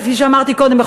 כפי שאמרתי קודם,